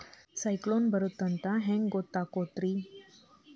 ಸೈಕ್ಲೋನ ಬರುತ್ತ ಇಲ್ಲೋ ಅಂತ ಹೆಂಗ್ ಗೊತ್ತಾಗುತ್ತ ರೇ?